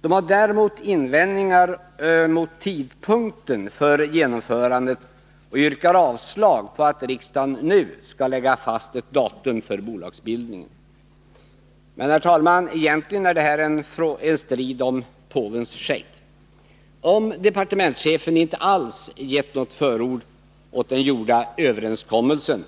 De har däremot invändningar mot tidpunkten för genomförandet och yrkar avslag på att riksdagen nu skall lägga fast ett datum för bolagsbildningen. Men, herr talman, egentligen är det här en strid om påvens skägg. Om departementschefen inte alls gett något förord åt den gjorda överenskommelsen,